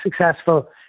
successful